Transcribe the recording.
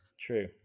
True